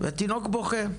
והתינוק בוכה.